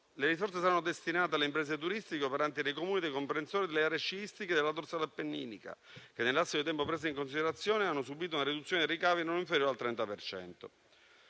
Le risorse saranno destinate alle imprese turistiche operanti nei Comuni dei comprensori delle aree sciistiche della dorsale appenninica che, nell'arco di tempo preso in considerazione, hanno subito una riduzione dei ricavi non inferiore al 30